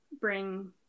bring